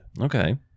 Okay